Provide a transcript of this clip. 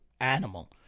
animal